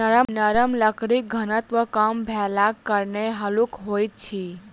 नरम लकड़ीक घनत्व कम भेलाक कारणेँ हल्लुक होइत अछि